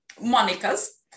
Monica's